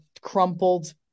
crumpled